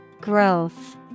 Growth